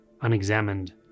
unexamined